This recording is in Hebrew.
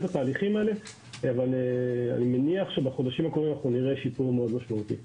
מניח שבחודשים הקרובים נראה שיפור משמעותי מאוד.